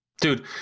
Dude